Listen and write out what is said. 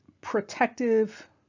protective